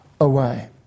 away